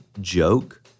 joke